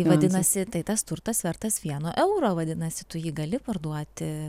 vadinasi tai tas turtas vertas vieno euro vadinasi tu jį gali parduoti